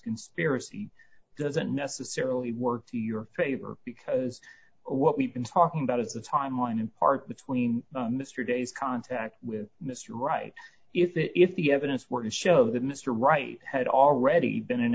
conspiracy doesn't necessarily work to your favor because what we've been talking about is the timeline in part between mr day's contact with mr right if the evidence were to show the mr right had already been in